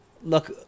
look